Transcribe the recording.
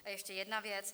A ještě jedna věc.